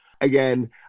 Again